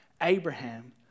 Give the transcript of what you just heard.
Abraham